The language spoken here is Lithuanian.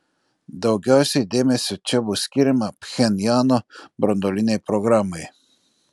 daugiausiai dėmesio čia bus skiriama pchenjano branduolinei programai